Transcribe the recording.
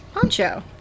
Poncho